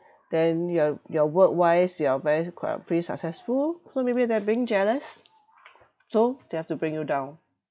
then your your work wise you are very quite uh pretty successful so maybe they are being jealous so they have to bring you down